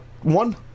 One